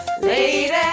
Lady